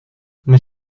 mais